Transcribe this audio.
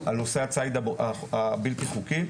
על נושא הציד הבלתי חוקי,